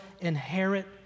inherit